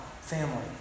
family